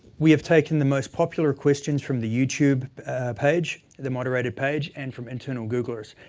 we have taken the most popular questions from the youtube page the moderated page and from internal googlers.